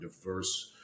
diverse